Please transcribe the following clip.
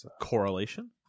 correlation